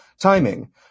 Timing